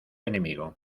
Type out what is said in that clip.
enemigo